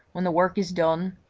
when the work is done,